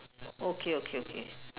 okay okay okay